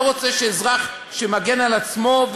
לא רוצה שאזרח שמגן על עצמו,